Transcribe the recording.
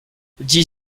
dix